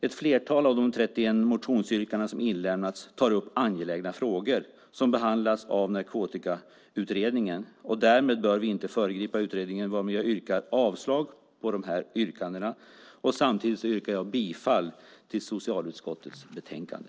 Ett flertal av de 31 motionsyrkanden som inlämnats tar upp angelägna frågor som behandlas av Narkotikautredningen. Därmed bör vi inte föregripa utredningen. Jag yrkar avslag på motionsyrkandena och bifall till förslaget i socialutskottets betänkande.